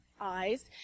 eyes